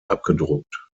abgedruckt